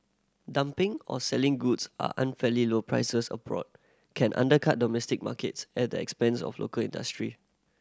dumping or selling goods are unfairly low prices abroad can undercut domestic markets at the expense of local industry